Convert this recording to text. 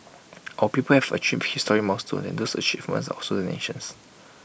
our people have achieve historic milestones and those achievements are also the nation's